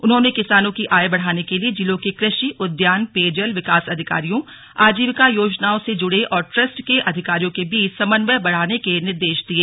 उन्होंने किसानों की आय बढाने के लिए जिलों के कृषि उद्यान पेयजल विकास अधिकारियों आजीविका योजनाओं से जुड़े और ट्रस्ट के अधिकारियों के बीच समन्वय बढ़ाने के निर्देश दिये